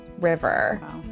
river